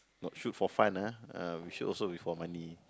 not shoot for fun ah uh we shoot also we for money